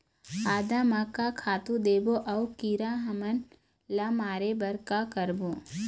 आदा म का खातू देबो अऊ कीरा हमन ला मारे बर का करबो?